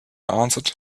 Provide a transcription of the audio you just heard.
answered